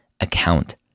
account